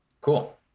Cool